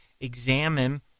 examine